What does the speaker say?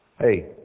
Hey